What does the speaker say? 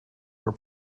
were